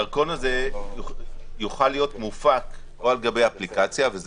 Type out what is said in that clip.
הדרכון הזה יוכל להיות מופק או על גבי אפליקציה וזה,